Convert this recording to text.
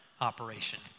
operation